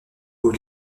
aux